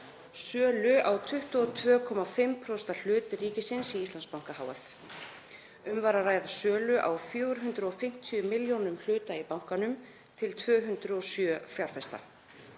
sölu á 22,5% hlut ríkisins í Íslandsbanka hf. Um var að ræða sölu á 450 milljónum hluta í bankanum til 207 fjárfesta.